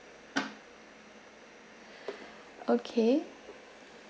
okay